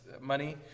money